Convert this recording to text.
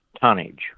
tonnage